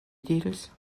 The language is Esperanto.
diras